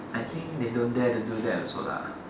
I think they don't dare to do that also lah